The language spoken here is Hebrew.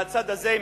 מהצד הזה,